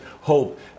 hope